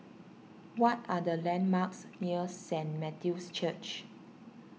what are the landmarks near Saint Matthew's Church